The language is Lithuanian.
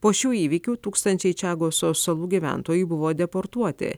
po šių įvykių tūkstančiai čiagoso salų gyventojai buvo deportuoti